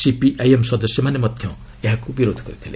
CPIM ସଦସ୍ୟମାନେ ମଧ୍ୟ ଏହାକୁ ବିରୋଧ କରିଥିଲେ